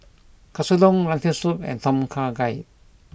Katsudon Lentil Soup and Tom Kha Gai